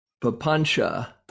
Papancha